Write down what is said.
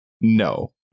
no